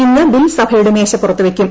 ഇന്ന് ബിൽ സഭയുടെ മേശപ്പുറത്ത് വെയ്ക്കും